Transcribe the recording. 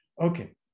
Okay